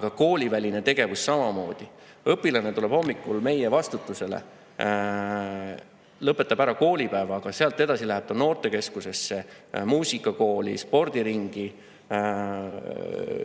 Kooliväline tegevus samamoodi. Õpilane tuleb hommikul meie vastutusele, lõpetab koolipäeva ära, aga sealt edasi läheb ta noortekeskusesse, muusikakooli, spordiringi